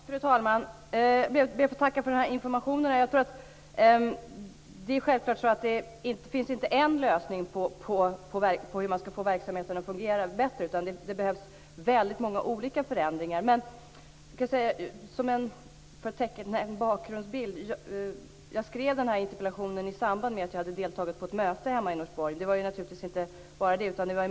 Fru talman! Jag ber att få tacka för informationen. Det är självfallet så att det inte finns en lösning på hur man skall få verksamheten att fungera bättre, utan det behövs väldigt många olika förändringar. För att ge en bakgrundsbild vill jag säga att jag skrev interpellationen i samband med att jag hade deltagit i ett möte hemma i Norsborg.